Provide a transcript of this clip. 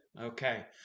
okay